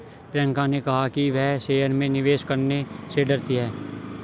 प्रियंका ने कहा कि वह शेयर में निवेश करने से डरती है